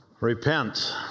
Repent